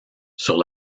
sur